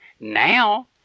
Now